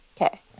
Okay